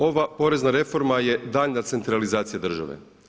Ova porezna reforma je daljnja centralizacija države.